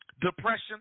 depression